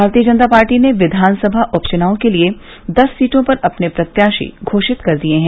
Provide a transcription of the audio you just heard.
भारतीय जनता पार्टी ने विधान सभा उपचुनाव के लिये दस सीटों पर अपने प्रत्याशी घोषित कर दिये हैं